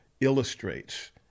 illustrates